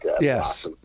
Yes